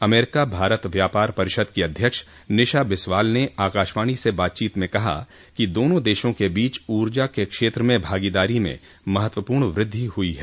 अमरीका भारत व्यापार परिषद की अध्यक्ष निशा बिस्वाल ने आकाशवाणी से बातचीत में कहा कि दोनों देशों के बीच ऊर्जा के क्षेत्र में भागदारी में महत्वपूर्ण वृद्धि हुई है